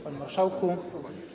Panie Marszałku!